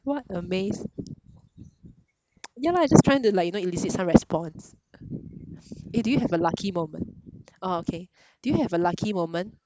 what amaze yeah lah it's just trying to like you know elicit some response eh do you have a lucky moment orh okay do you have a lucky moment